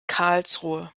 karlsruhe